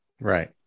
Right